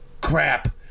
crap